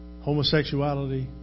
homosexuality